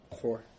Four